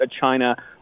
China